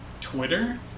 Twitter